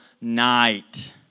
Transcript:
night